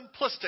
simplistic